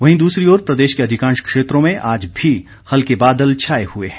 वहीं दूसरी ओर प्रदेश के अधिकांश क्षेत्रों में आज भी हल्के बादल छाए हुए हैं